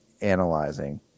analyzing